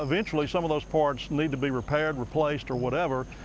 eventually, some of those parts need to be repaired, replaced, or whatever,